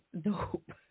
Dope